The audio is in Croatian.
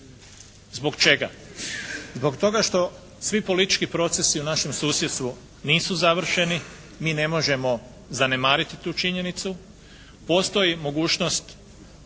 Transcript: Zbog čega? Zbog toga što svi politički procesi u našem susjedstvu nisu završeni, mi ne možemo zanemariti tu činjenicu. Postoji mogućnost